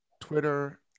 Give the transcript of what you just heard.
twitter